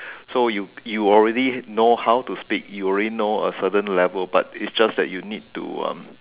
so you you already how to speak you already know a certain level but it's just that you need to um